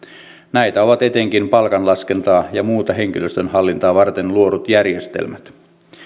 näitä ovat etenkin palkanlaskentaa ja muuta henkilöstöhallintoa varten luodut järjestelmät